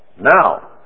Now